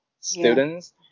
students